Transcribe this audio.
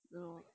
err